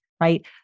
right